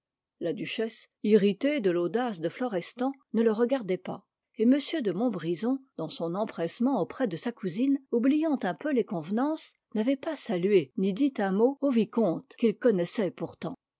la duchesse irritée de l'audace de florestan ne le regardait pas et m de montbrison dans son empressement auprès de sa cousine oubliant un peu les convenances n'avait pas salué ni dit un mot au vicomte qu'il connaissait pourtant